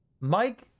Mike